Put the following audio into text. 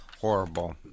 horrible